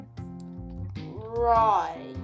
Right